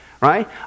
Right